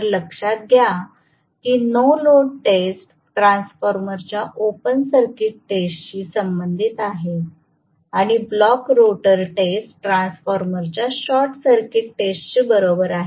तर लक्षात घ्या की नो लोड टेस्ट ट्रान्सफॉर्मरच्या ओपन सर्किट टेस्टशी संबंधित आहे आणि ब्लॉक रोटर टेस्ट ट्रान्सफॉर्मरच्या शॉर्ट सर्किट टेस्टशी बरोबर आहे